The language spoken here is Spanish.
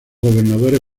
gobernadores